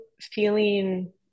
feeling